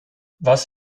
was